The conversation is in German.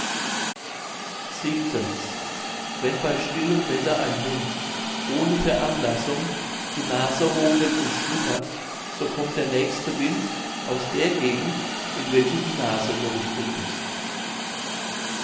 wenn bei stillem wetter ein hund ohne veranlassung die nase hoch hält und schnuppert so kommt der nächste wind aus der gegend in welche die nase gerichtet ist